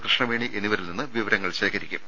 കൃഷ്ണവേണി എന്നിവരിൽ നിന്ന് വിവരങ്ങൾ ശേഖരിക്കും